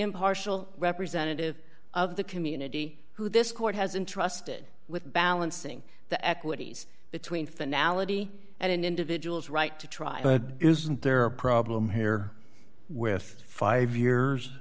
impartial representative of the community who this court has entrusted with balancing the equities between finale and an individual's right to trial but isn't there a problem here with five years